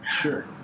Sure